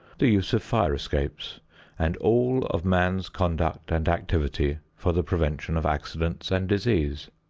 the use of fire-escapes and all of man's conduct and activity for the prevention of accidents and disease.